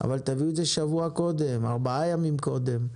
אבל תביאו את זה שבוע קודם, ארבעה ימים קודם,